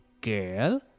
girl